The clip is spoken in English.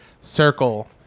circle